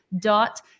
dot